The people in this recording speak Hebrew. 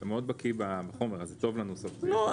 אתה מאוד בקי בחומר וזה טוב לנו -- לא,